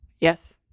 Yes